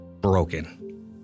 broken